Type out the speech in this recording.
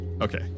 Okay